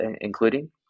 including